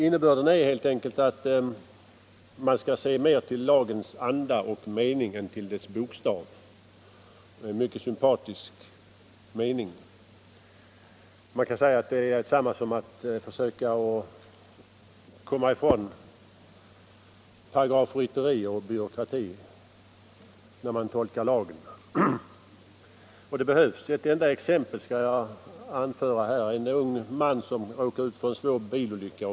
Innebörden är helt enkelt att man skall se mer till lagens anda och mening än till dess bokstav — en mycket sympatisk mening. Det är detsamma som att försöka komma ifrån paragrafrytteri och byråkrati när man tolkar lagen. Och det behövs. Ett enda exempel skall jag anföra här. En ung man råkade ut för en svår bilolycka.